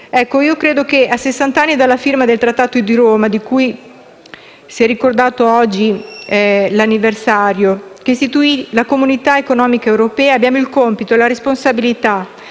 A sessant'anni dalla firma del Trattato di Roma, di cui si è ricordato oggi l'anniversario, che istituì la Comunità economica europea, abbiamo il compito e la responsabilità